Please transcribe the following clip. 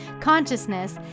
consciousness